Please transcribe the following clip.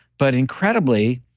but incredibly,